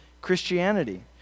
Christianity